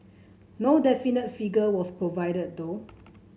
no definite figure was provided though